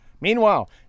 Meanwhile